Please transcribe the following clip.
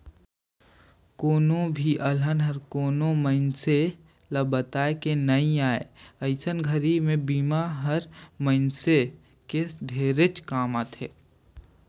कोनो भी अलहन हर कोनो मइनसे ल बताए के नइ आए अइसने घरी मे बिमा हर मइनसे के ढेरेच काम आथे